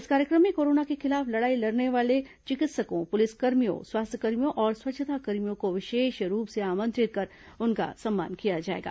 इस कार्यक्रम में कोरोना के खिलाफ लड़ाई लड़ने वाले चिकित्सकों पुलिसकर्मियों स्वास्थ्यकर्मियों और स्वच्छता कर्मियों को विशेष रूप से आमंत्रित कर उनका सम्मान किया जाएगा